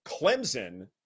Clemson